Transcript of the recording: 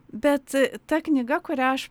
bet ta knyga kurią aš